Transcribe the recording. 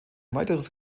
weiteres